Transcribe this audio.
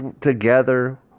together